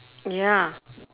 ya